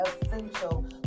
essential